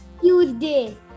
Tuesday